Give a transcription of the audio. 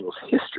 history